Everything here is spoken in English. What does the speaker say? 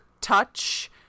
touch